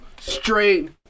straight